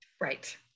Right